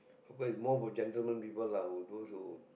whereas more for gentlemen people lah those who